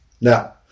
Now